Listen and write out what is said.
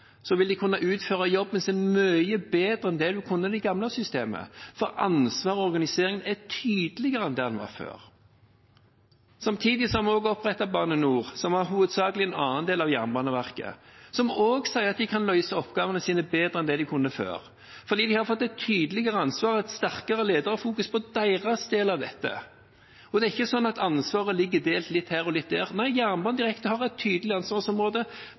vil de kunne utføre jobben sin mye bedre enn det de kunne i det gamle systemet, for ansvar og organisering er tydeligere enn det det var før. Samtidig har vi opprettet Bane NOR, som hovedsakelig var en annen del av Jernbaneverket, som også sier at de kan løse oppgavene sine bedre enn det de kunne før, fordi de har fått et tydeligere ansvar og et sterkere lederfokus på deres del av dette. Det er ikke sånn at ansvaret ligger delt litt her og litt der. Nei, Jernbanedirektoratet har et tydelig ansvarsområde,